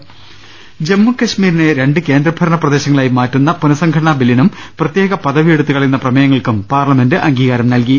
്്്്്്് ജമ്മു കശ്മീരിനെ രണ്ട് കേന്ദ്രഭരണപ്രദേശങ്ങളായി മാറ്റുന്ന പുനഃസം ഘടനാ ബില്ലിനും പ്രത്യേക പദവി എടുത്തുകളയുന്ന പ്രമേയങ്ങൾക്കും പാർല മെന്റ് അംഗീകാരം നൽകി